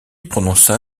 prononça